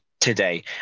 today